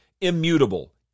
immutable